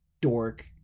dork